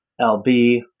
LB